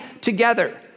together